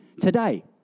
today